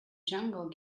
jungle